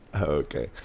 okay